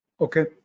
Okay